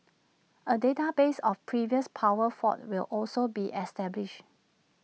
A database of previous power faults will also be established